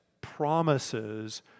promises